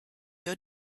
your